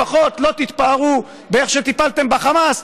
לפחות לא תתפארו באיך שטיפלתם בחמאס,